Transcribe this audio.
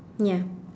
ya